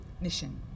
Mission